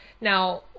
Now